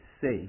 safe